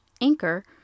Anchor